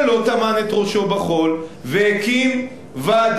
שלא טמן את ראשו בחול והקים ועדה.